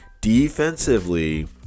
defensively